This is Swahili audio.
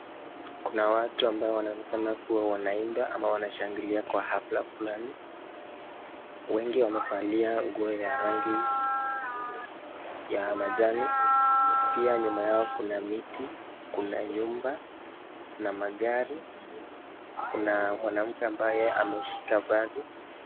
Kuna watu ambao wanaonekana kuwa wanaimba ama wanashangilia kwa hafla fulani. Wengi wamevalia nguo ya rangi ya majani. Pia, nyuma yao kuna miti, kuna nyumba na magari. Kuna mwanamke ambaye ameshika bagi .